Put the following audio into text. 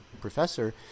professor